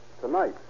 tonight